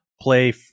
play